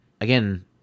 again